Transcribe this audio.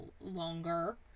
longer